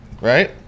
right